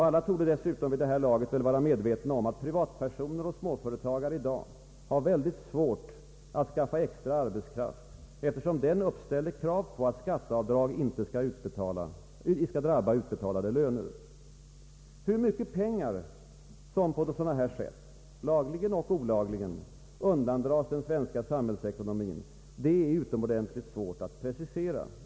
Alla torde dessutom vid det här laget väl vara medvetna om att privatpersoner och småföretagare i dag har väldigt svårt att skaffa extra arbetskraft, eftersom den uppställer krav på att skatteavdrag inte skall drabba utbetalade löner. Hur mycket pengar som på dessa sätt, lagligen och olagligen, undandras den svenska samhällsekonomin är utomordentligt svårt att precisera.